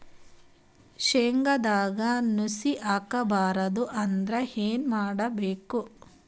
ಶೇಂಗದಾಗ ನುಸಿ ಆಗಬಾರದು ಅಂದ್ರ ಏನು ಮಾಡಬೇಕು?